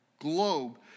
globe